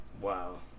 Wow